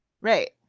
right